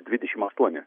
dvidešim aštuoni